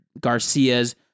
Garcia's